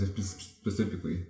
specifically